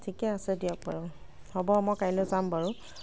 ঠিকে আছে দিয়ক বাৰু হ'ব মই কাইলৈ যাম বাৰু